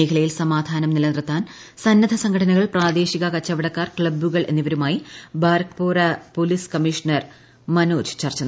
മേഖലയിൽ സമാധാനം നിലനിർത്താൻ സന്നദ്ധ സംഘടനകൾ പ്രാദേശിക കച്ചവടക്കാർ ക്ലബ്ബുകൾ എന്നിവരുമായി ബരക്പോര പോലീസ് കമ്മീഷണർ മനോജ് ചർച്ച നടത്തി